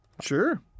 Sure